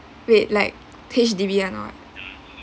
wait like H_D_B or not